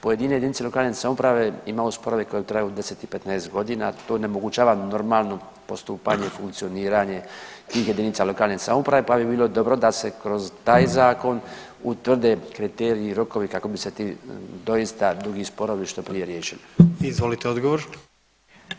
Pojedine jedinice lokalne samouprave imaju sporove koji traju 10 i 15 godina, to onemogućava normalno postupanje, funkcioniranje tih jedinica lokalne samouprave pa bi bilo dobro da se kroz taj zakon utvrde kriteriji i rokovi kako bi se ti doista dugi sporovi što prije riješili.